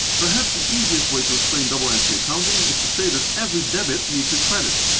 perhaps the easiest way to explain double entry accounting is to say that every debit needs a credit.